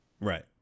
Right